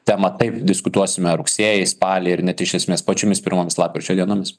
temą taip diskutuosime rugsėjį spalį ir net iš esmės pačiomis pirmomis lapkričio dienomis